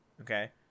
Okay